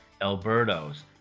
Alberto's